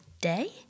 day